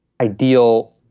ideal